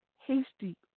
hasty